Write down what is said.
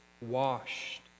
washed